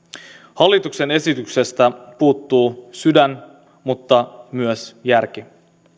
hallituksen esityksestä puuttuu sydän mutta myös järki